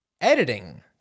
editing